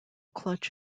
clutch